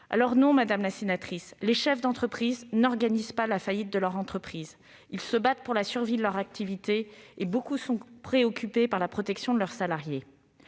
Non, madame la sénatrice, les chefs d'entreprise n'organisent pas la faillite de leur entreprise : ils se battent pour la survie de leur activité ! Au reste, nombre d'entre eux sont préoccupés par la protection de leurs salariés.